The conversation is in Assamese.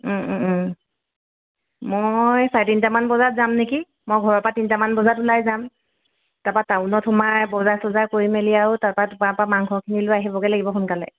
মই চাৰে তিনিটামান বজাত যাম নেকি মই ঘৰৰ পৰা তিনিটামান বজাত ওলাই যাম তাৰপা টাউনত সোমাই বজাৰ চজাৰ কৰি মেলি আৰু তাৰপা তোমাৰ পৰা মাংসখিনি লৈ আহিবগৈ লাগিব সোনকালে